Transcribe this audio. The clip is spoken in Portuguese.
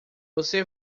você